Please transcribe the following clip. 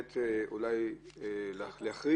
שאימא עם עגלת תינוק צריכה עכשיו להתפתל